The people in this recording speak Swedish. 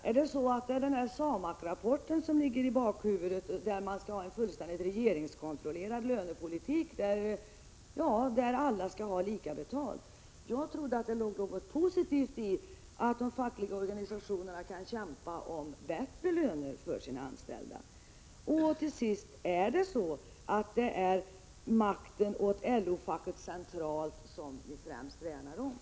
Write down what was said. Är det SAMAK-rapporten som finns i bakhuvudet, enligt vilken man skall ha en fullständigt regeringskontrollerad lönepolitik, där alla skall ha samma lön? Jag trodde att det låg någonting positivt i att de fackliga organisationerna kan kämpa om bättre löner för de anställda. Till sist: Är det så att det är makten åt LO-facket centralt som ni främst vill värna om?